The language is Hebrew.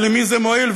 ולמי זה מועיל?